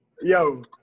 Yo